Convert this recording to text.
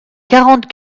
quarante